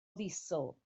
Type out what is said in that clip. ddiesel